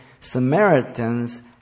Samaritans